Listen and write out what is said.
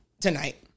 tonight